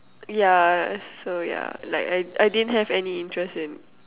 ya so yeah like I I didn't have any interest in